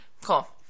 Cool